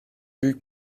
büyük